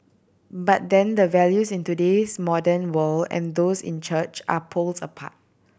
but then the values in today's modern world and those in church are poles apart